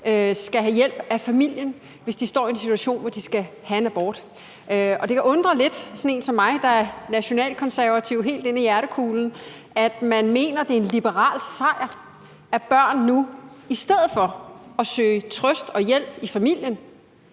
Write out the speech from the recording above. skal have hjælp af familien, hvis de står i den situation, at de skal have en abort. Og det kan undre sådan en som mig, der er nationalkonservativ helt ind i hjertekulen, lidt, at man mener, det er en liberal sejr, at børn nu i stedet for at søge trøst og hjælp i familien